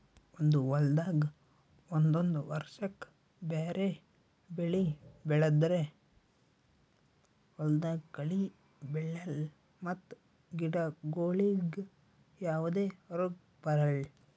ಒಂದೇ ಹೊಲ್ದಾಗ್ ಒಂದೊಂದ್ ವರ್ಷಕ್ಕ್ ಬ್ಯಾರೆ ಬೆಳಿ ಬೆಳದ್ರ್ ಹೊಲ್ದಾಗ ಕಳಿ ಬೆಳ್ಯಾಲ್ ಮತ್ತ್ ಗಿಡಗೋಳಿಗ್ ಯಾವದೇ ರೋಗ್ ಬರಲ್